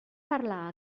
parlar